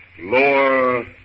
Lower